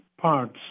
parts